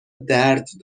درد